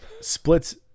Splits